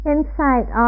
Insight